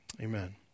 Amen